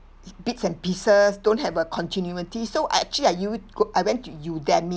bits and pieces don't have a continuality so I actually I u~ go I went to Udemy